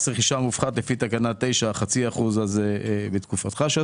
או מס רכישה מופחת לפי תקנה 9 חצי אחוז שעשו בתקופתך.